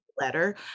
letter